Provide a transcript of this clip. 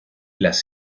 las